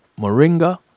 Moringa